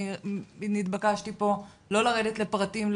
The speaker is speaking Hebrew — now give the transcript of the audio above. נתבקשתי פה לא לרדת לפרטים,